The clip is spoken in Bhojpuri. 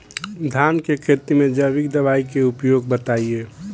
धान के खेती में जैविक दवाई के उपयोग बताइए?